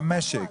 במשק.